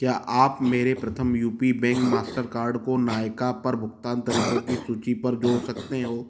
क्या आप मेरे Prathama U P bank Mastercard को नायका पर भुगतान तरीकों की सूचि पर जोड़ सकते हो